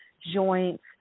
joints